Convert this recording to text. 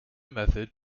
method